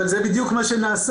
אבל זה בדיוק מה שנעשה.